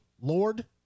Lord